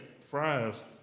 fries